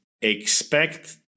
expect